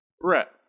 Brett